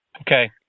Okay